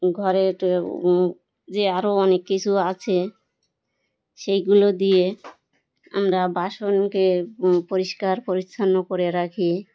ঘরে যে আরও অনেক কিছু আছে সেইগুলো দিয়ে আমরা বাসনকে পরিষ্কার পরিচ্ছন্ন করে রাখি